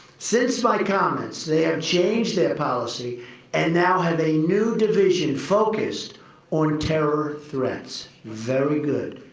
since my comments, they have changed their policy and now have a new division focused on terror threats. very good.